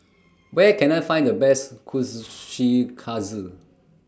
Where Can I Find The Best Kushikatsu